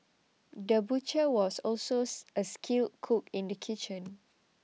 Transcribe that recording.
the butcher was also a skilled cook in the kitchen